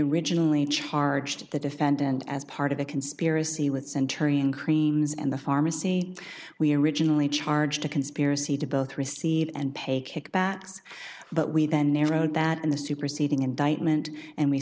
originally charged the defendant as part of a conspiracy with centurion creams and the pharmacy we originally charged a conspiracy to both receive and pay kickbacks but we then narrowed that in the superseding indictment and we